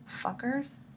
fuckers